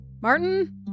Martin